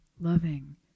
Loving